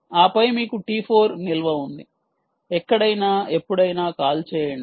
ఆపై మీకు t 4 నిల్వ ఉంది ఎక్కడై నా ఎప్పుడైనా కాల్ చేయండి